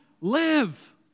live